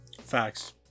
facts